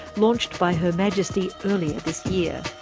launched by her majesty earlier this year.